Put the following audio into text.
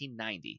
1990